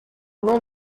long